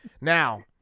Now